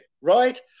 Right